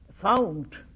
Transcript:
found